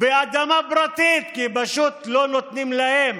באדמה פרטית, כי פשוט לא נותנים להם